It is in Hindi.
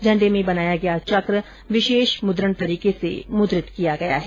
झंण्डे में बनाया गया चक विशेष मुद्रण तरीके से मुद्रित किया गया है